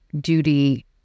duty